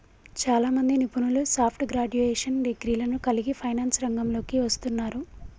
చాలామంది నిపుణులు soft graduation డిగ్రీలను కలిగి ఫైనాన్స్ రంగంలోకి వస్తున్నారు